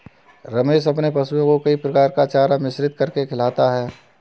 रमेश अपने पशुओं को कई प्रकार का चारा मिश्रित करके खिलाता है